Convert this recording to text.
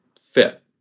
fit